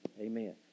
Amen